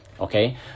okay